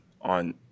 on